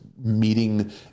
meeting